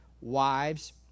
Wives